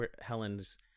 Helen's